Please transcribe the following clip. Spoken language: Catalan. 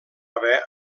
haver